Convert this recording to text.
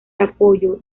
apoyo